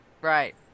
Right